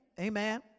Amen